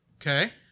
Okay